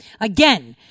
Again